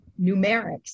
numerics